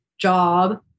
job